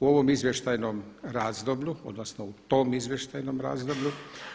U ovom izvještajnom razdoblju, odnosno u tom izvještajnom razdoblju,